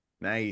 Nice